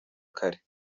kare